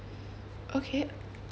okay